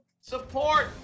support